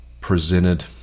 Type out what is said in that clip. presented